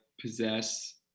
possess